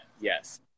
Yes